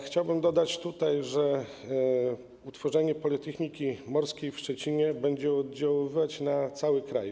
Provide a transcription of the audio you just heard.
Chciałbym dodać, że utworzenie Politechniki Morskiej w Szczecinie będzie oddziaływać na cały kraj.